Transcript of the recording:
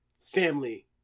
family